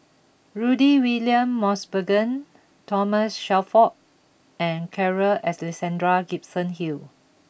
Rudy William Mosbergen Thomas Shelford and Carl Alexander Gibson Hill